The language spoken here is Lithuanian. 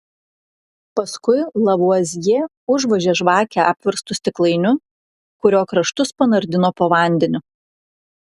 paskui lavuazjė užvožė žvakę apverstu stiklainiu kurio kraštus panardino po vandeniu